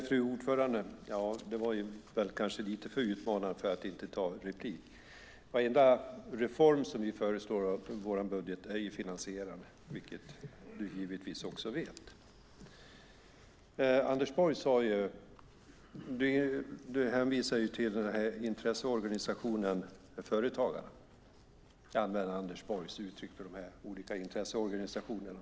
Fru talman! Det var kanske lite för utmanande för att jag inte skulle ta replik. Varenda reform som vi föreslår i vår budget är finansierad, vilket du också vet. Du hänvisar till intresseorganisationen Företagarna. Jag använder Anders Borgs uttryck intresseorganisationerna.